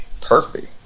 perfect